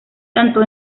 tanto